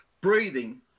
breathing